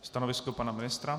Stanovisko pana ministra?